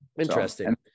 Interesting